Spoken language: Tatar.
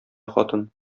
хатын